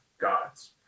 God's